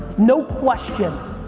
no question,